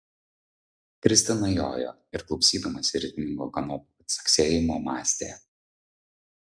kristina jojo ir klausydamasi ritmingo kanopų caksėjimo mąstė